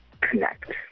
connect